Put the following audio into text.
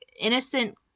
innocent